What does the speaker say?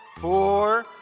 four